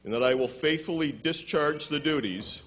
and that i will faithfully discharge the duties